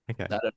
okay